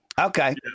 Okay